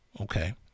Okay